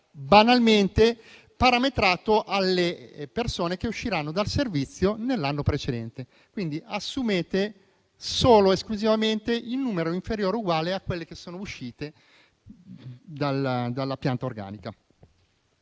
banalmente parametrato alle persone che usciranno dal servizio nell'anno precedente. Quindi assumete solo esclusivamente in numero inferiore o uguale al personale uscito dalla pianta organica.